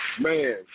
Man